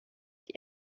die